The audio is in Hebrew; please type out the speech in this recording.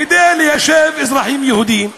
כדי ליישב אזרחים יהודים?